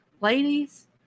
ladies